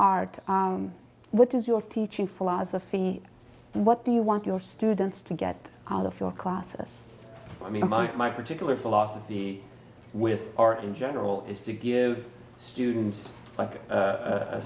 art what is your teaching philosophy and what do you want your students to get out of your classes i mean my particular philosophy with our in general is to give students like